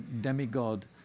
demigod